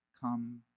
come